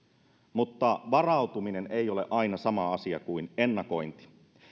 mutta varautuminen ei ole aina sama asia kuin ennakointi